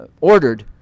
ordered